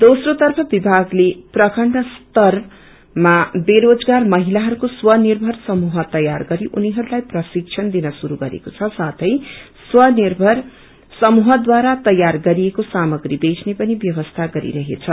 दोम्रो तफ विभागले प्रखण्डस्तरमा बेरोजगार महिलाहरूको स्वर्निभर समूह तयार गरि उनीहरूलाई प्रशिक्षण दिन शुरू गरेको छ साथै स्वर्निभर समूहद्वारा तयार गरिएक्रो सामग्री बेच्ने पनि व्यवस्था गरिरहेछ